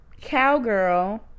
cowgirl